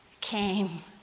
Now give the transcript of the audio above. came